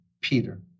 Peter